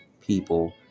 people